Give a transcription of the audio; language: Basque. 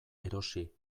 erosi